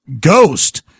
Ghost